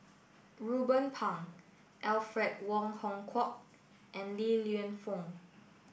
Ruben Pang Alfred Wong Hong Kwok and Li Lienfung